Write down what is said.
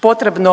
potrebno